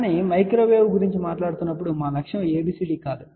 కానీ మైక్రోవేవ్ గురించి మాట్లాడుతున్నప్పుడు మా లక్ష్యం ABCD కాదు